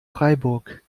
freiburg